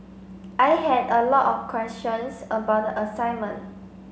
I had a lot of questions about the assignment